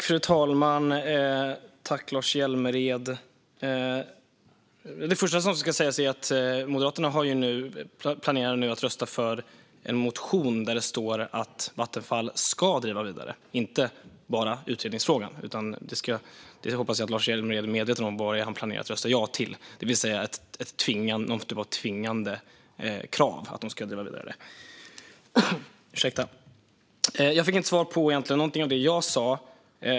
Fru talman! Det första som ska sägas är att Moderaterna nu planerar att rösta för en motion där det står att Vattenfall ska driva Ringhals 1 och 2 vidare. Det handlar inte om att utreda det. Jag hoppas att Lars Hjälmered är medveten om vad han planerar att rösta ja till, alltså ett tvingande krav. Jag fick egentligen inget svar på något av det jag sa.